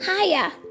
Hiya